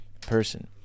person